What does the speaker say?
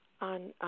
on